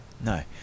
No